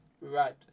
right